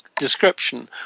description